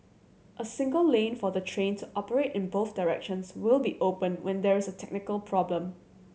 a single lane for the train to operate in both directions will be open when there is a technical problem